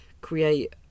create